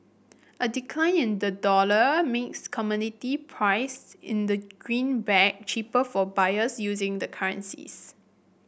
a decline in the dollar makes commodity priced in the greenback cheaper for buyers using the currencies